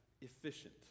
efficient